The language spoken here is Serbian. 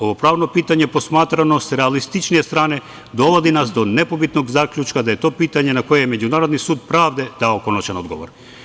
Ovo pravno pitanje posmatrano sa realističnije strane dovodi nas do nebitnog zaključka da je to pitanje na koje Međunarodni sud pravde dao konačan odgovor.